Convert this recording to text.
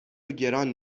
گران